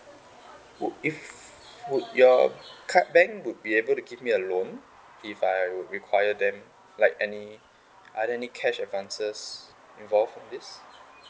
wou~ if would your card bank would be able to give me a loan if I would require them like any are there any cash advances involved in this